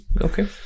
Okay